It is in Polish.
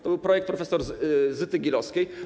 To był projekt prof. Zyty Gilowskiej.